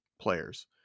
players